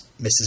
Mrs